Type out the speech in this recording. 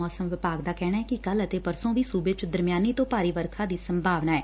ਮੌਸਮ ਵਿਭਾਗ ਦਾ ਕਹਿਣੈ ਕਿ ਕੱਲ ਅਤੇ ਪਰਸੋਂ ਵੀ ਸੁਬੇ ਚ ਦਰਮਿਆਨੀ ਤੋਂ ਭਾਰੀ ਬਾਰਿਸ਼ ਦੀ ਸੰਭਾਵਨਾ ਐ